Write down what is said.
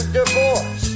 divorce